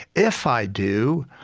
if i do,